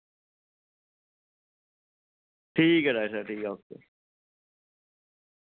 ठीक ऐ डाक्टर साह्ब ठीक ऐ ओके